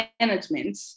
management